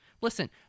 Listen